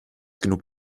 genug